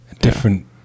Different